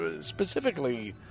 specifically